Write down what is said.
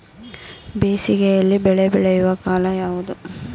ಬೇಸಿಗೆ ಯಲ್ಲಿ ಬೆಳೆ ಬೆಳೆಯುವ ಕಾಲ ಯಾವುದು?